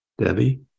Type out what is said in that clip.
Debbie